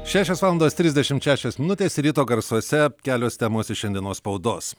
šešios valandos trisdešimt šešios minutės ryto garsuose kelios temos iš šiandienos spaudos